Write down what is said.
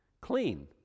clean